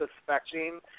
suspecting